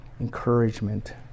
encouragement